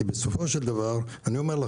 כי בסופו של דבר,